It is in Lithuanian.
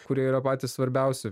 kurie yra patys svarbiausi